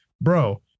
Bro